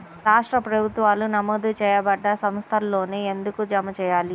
రాష్ట్ర ప్రభుత్వాలు నమోదు చేయబడ్డ సంస్థలలోనే ఎందుకు జమ చెయ్యాలి?